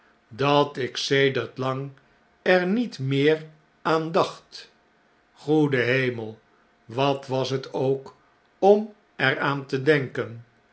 dat ik sedert lang er niet meer aan dacht goede hemel wat was het ook om er aan te denken